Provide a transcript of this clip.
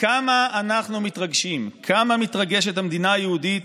וכמה אנחנו מתרגשים, כמה מתרגשת המדינה היהודית